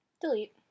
Delete